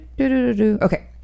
okay